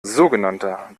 sogenannter